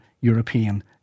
European